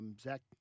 Zach